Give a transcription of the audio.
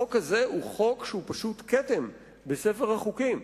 החוק הזה הוא פשוט כתם בספר החוקים,